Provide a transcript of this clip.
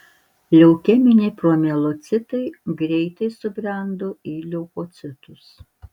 leukeminiai promielocitai greitai subrendo į leukocitus